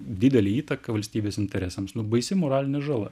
didelę įtaką valstybės interesams nu baisi moralinė žala